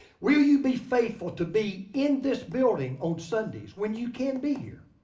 will you be faithful to be in this building on sundays when you can't be here?